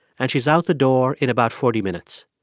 and she's out the door in about forty minutes.